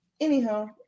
Anyhow